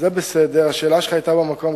השאלה שלך היתה במקום,